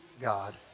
God